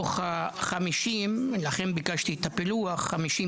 - ולכן ביקשתי את הפילוח מתוך 50